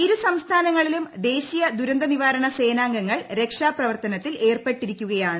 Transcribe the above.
ഇരു സംസ്ഥാനങ്ങളിലും ദേശീയ ദുരന്ത നിവാരണ് സേനാംഗങ്ങൾ രക്ഷാപ്രവർത്തനത്തിൽ പ്പ് ഏർപ്പെട്ടിരിക്കുകയാണ്